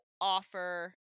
offer